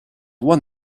one